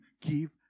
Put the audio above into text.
give